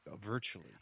virtually